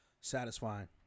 Satisfying